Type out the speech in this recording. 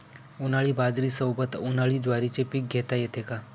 उन्हाळी बाजरीसोबत, उन्हाळी ज्वारीचे पीक घेता येते का?